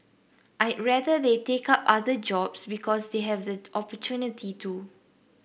I'd rather they take up other jobs because they have the opportunity to